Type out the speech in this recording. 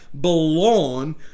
belong